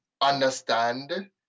understand